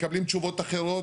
מקבלים תשובות אחרות.